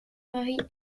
mari